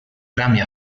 rami